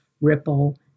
Ripple